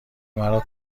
مرا